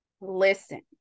listen